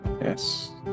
Yes